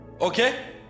Okay